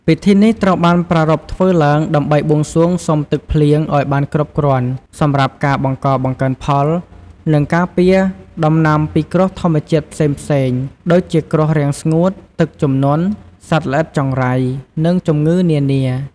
ពិធីនេះត្រូវបានប្រារព្ធធ្វើឡើង ដើម្បីបួងសួងសុំទឹកភ្លៀងឱ្យបានគ្រប់គ្រាន់សម្រាប់ការបង្កបង្កើនផល និង ការពារដំណាំពីគ្រោះធម្មជាតិផ្សេងៗ ដូចជាគ្រោះរាំងស្ងួត ទឹកជំនន់ សត្វល្អិតចង្រៃ ឬជំងឺនានា។